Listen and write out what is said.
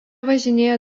važinėja